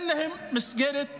אין להם מסגרת לימוד.